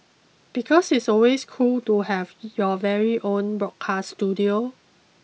because it's always cool to have your very own broadcast studio